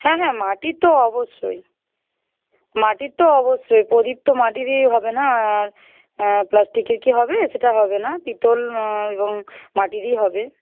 হ্যাঁ হ্যাঁ মাটির তো অবশ্যই মাটির তো অবশ্যই প্রদীপ তো মাটিরই হবে না প্লাস্টিকের কি হবে সেটা হবে না পিতল এবং মাটিরই হবে